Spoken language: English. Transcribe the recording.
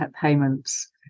payments